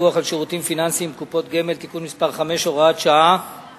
הפיקוח על שירותים פיננסיים (קופות גמל) (תיקון מס' 5 והוראת שעה),